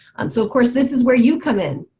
um so of course, this is where you come in.